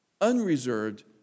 unreserved